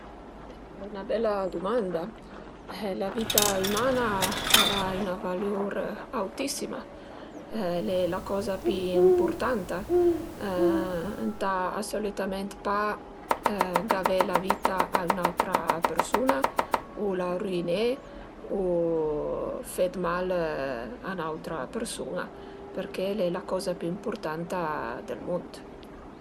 Al e 'na bela dumanda. La vita üman-a al a üna valut autissima, al e la coza pi impurtanta ëntà asolümënt pa gavé la vita a ün'autra persun-a u la rüiné u fe d'mal a ün'autra persun-a perché al e la coza pi ëmpurtanta dël mund